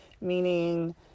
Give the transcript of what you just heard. meaning